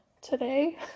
today